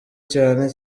cyane